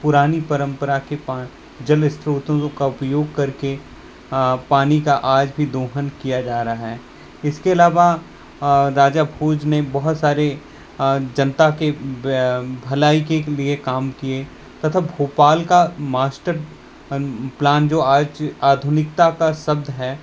पुरानी परंपरा के पास जल स्रोतों का उपयोग करके पानी का आज भी दोहन किया जा रहा है इसके अलावा राजा भोज ने बहुत सारे जनता के भलाई के लिए काम किये तथा भोपाल का मास्टर प्लान जो आज आधुनिकता का शब्द है